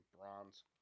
bronze